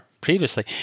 previously